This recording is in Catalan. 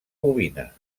bovina